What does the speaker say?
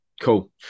Cool